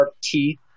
teeth